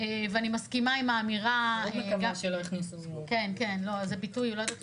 ואני מסכימה עם האמירה --- אני מאוד מקווה שלא הכניסו --- כן.